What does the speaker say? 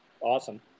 Awesome